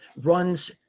runs